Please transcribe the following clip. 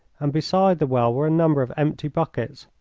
and beside the well were a number of empty buckets.